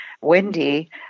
Wendy